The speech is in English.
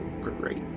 great